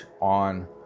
on